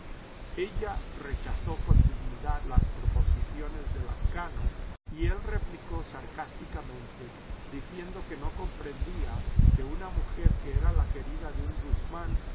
ella rechazó con dignidad las proposiciones de lazcano y él replicó sarcásticamente diciendo que no comprendía que una mujer que era la querida de un guzmán